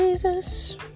Jesus